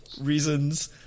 reasons